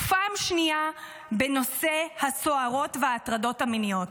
ופעם שנייה בנושא הסוהרות וההטרדות המיניות.